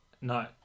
No